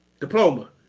Diploma